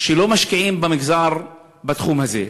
שלא משקיעים במגזר בתחום הזה.